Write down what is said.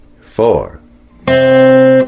four